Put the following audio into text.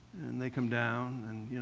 and they come down. and, you know,